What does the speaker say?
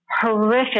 horrific